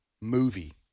movie